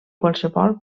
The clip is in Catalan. qualsevol